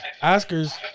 Oscars